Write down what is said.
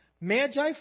magi